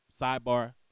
Sidebar